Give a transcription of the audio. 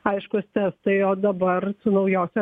aiškūs testai o dabar naujose